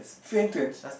free entrance